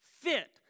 fit